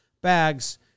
bags